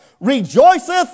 rejoiceth